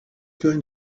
going